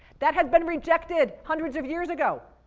that has been rejected hundreds of years ago!